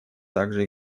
также